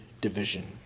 division